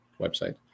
website